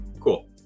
Cool